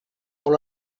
con